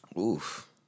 Oof